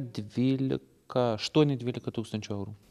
dvylika aštuoni dvylika tūkstančių eurų